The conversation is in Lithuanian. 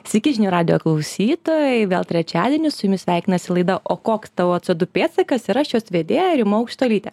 sveiki žinių radijo klausytojai vėl trečiadienį su jumis sveikinasi laida o koks tavo c du pėdsakas ir aš jos vedėja rima aukštuolytė